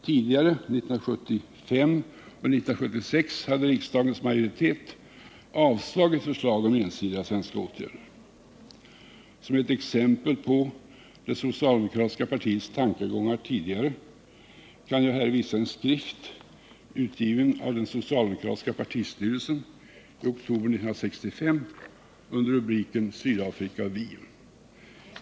Tidigare, 1975 och 1976, hade riksdagens majoritet avslagit förslag om ensidiga svenska åtgärder. Som exempel på det socialdemokratiska partiets tankegångar tidigare kan jag här visa en skrift, utgiven av den socialdemokratiska partistyrelsen i oktober 1965 under rubriken Sydafrika och vi.